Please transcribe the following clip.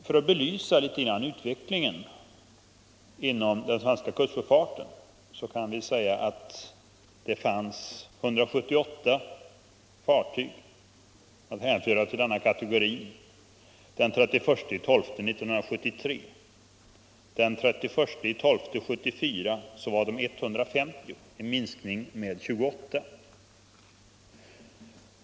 För att något belysa utvecklingen inom den svenska kustsjöfarten kan jag nämna att det den 31 december 1973 fanns 178 fartyg i sådan trafik, medan den 31 december 1974 antalet fartyg var 150, alltså en minskning med 28 fartyg.